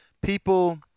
people